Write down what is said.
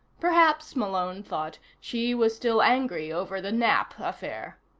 perhaps, malone thought, she was still angry over the nap affair.